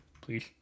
Please